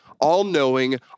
all-knowing